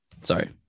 Sorry